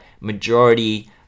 majority